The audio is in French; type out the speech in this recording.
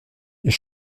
est